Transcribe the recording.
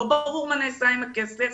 לא ברור מה נעשה עם הכסף.